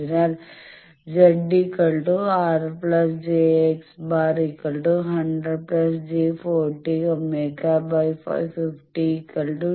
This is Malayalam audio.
അതിനാൽ Z R jx̄ 100 j 40 Ω50 2 j 0